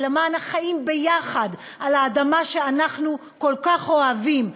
ולמען החיים יחד על האדמה שאנחנו כל כך אוהבים,